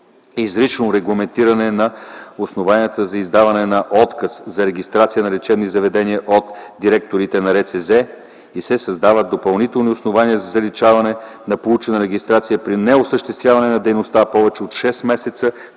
Изрично регламентиране на основанията за издаване на отказ за регистрация на лечебни заведения от директорите на РЦЗ и се създават допълнителни основания за заличаване на получена регистрация при неосъществяване на дейността повече от шест месеца